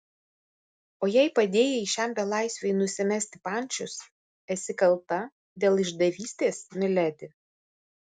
o jei padėjai šiam belaisviui nusimesti pančius esi kalta dėl išdavystės miledi